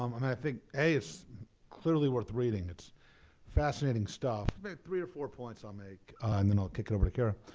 um and i think, a, it's clearly worth reading. it's fascinating stuff. about three or four points i'll make and then i'll kick it over to kara.